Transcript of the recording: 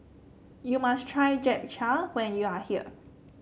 you must try Japchae when you are here